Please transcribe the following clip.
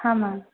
ಹಾಂ ಮ್ಯಾಮ್